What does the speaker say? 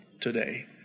today